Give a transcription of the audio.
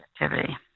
activity